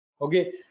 Okay